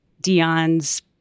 Dion's